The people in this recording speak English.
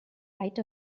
right